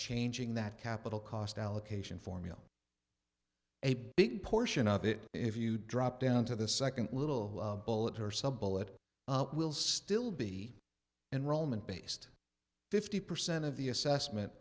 changing that capital cost allocation formula a big portion of it if you drop down to the second little bullet or sub bill it will still be enrollment based fifty percent of the assessment